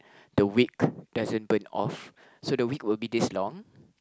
the wake doesn't burn off so the wake will be this long